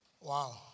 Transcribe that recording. Wow